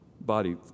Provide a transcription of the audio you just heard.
body